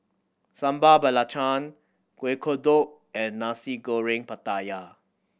Sambal Belacan Kuih Kodok and Nasi Goreng Pattaya